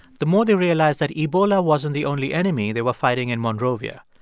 the more they realized that ebola wasn't the only enemy they were fighting in monrovia.